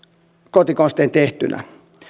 kotikonstein tehtyinä